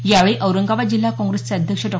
यावेळी औरंगाबाद जिल्हा काँग्रेसचे अध्यक्ष डॉ